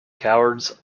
cowards